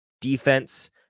defense